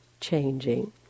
changing